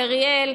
לריאל,